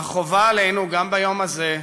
אך חובה עלינו, גם ביום הזה,